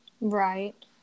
Right